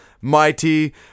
mighty